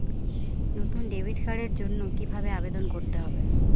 নতুন ডেবিট কার্ডের জন্য কীভাবে আবেদন করতে হবে?